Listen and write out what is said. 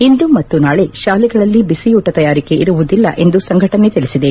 ಇಂದು ಮತ್ತು ನಾಳೆ ಶಾಲೆಗಳಲ್ಲಿ ಬಿಸಿಯೂಟ ತಯಾರಿಕೆ ಇರುವುದಿಲ್ಲ ಎಂದು ಸಂಘಟನೆ ತಿಳಿಸಿದೆ